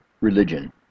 religion